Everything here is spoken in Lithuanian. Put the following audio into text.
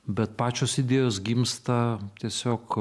bet pačios idėjos gimsta tiesiog